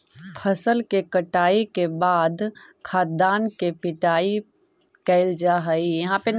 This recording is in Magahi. फसल के कटाई के बाद खाद्यान्न के पिटाई कैल जा हइ